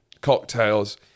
cocktails